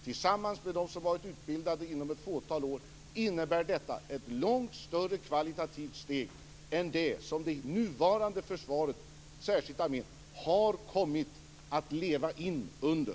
Tillsammans med dem som varit utbildade inom ett fåtal år innebär detta ett långt större kvalitativt steg än det som det nuvarande försvaret, särskilt armén, har kommit att leva under.